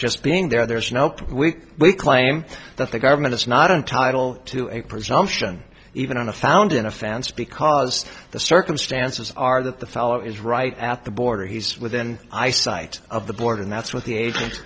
just being there there is no we claim that the government is not entitle to a presumption even on a found in a fence because the circumstances are that the fellow is right at the border he's within eyesight of the border and that's what the age